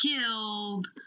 killed